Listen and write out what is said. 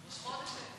חודש היום.